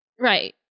right